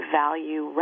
value